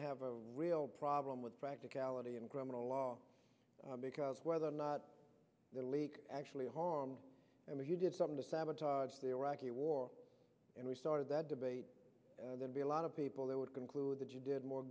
to have a real problem with practicality and criminal law because whether or not the leak actually harmed you did something to sabotage the iraqi war and we started that debate then be a lot of people that would conclude that you did more